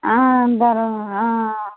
పరవా